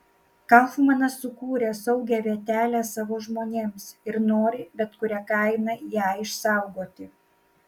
kaufmanas sukūrė saugią vietelę savo žmonėms ir nori bet kuria kaina ją išsaugoti